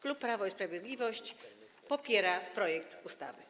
Klub Prawo i Sprawiedliwość popiera projekt ustawy.